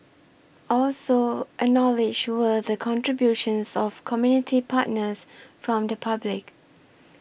also acknowledged were the contributions of community partners from the public